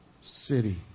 city